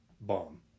Bomb